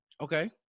okay